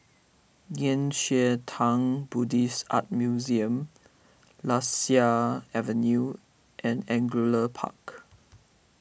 Nei Xue Tang Buddhist Art Museum Lasia Avenue and Angullia Park